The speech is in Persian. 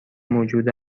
موجود